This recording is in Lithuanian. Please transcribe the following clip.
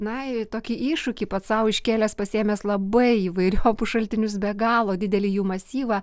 na tokį iššūkį pats sau iškėlęs pasiėmęs labai įvairiopus šaltinius be galo didelį jų masyvą